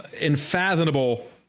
unfathomable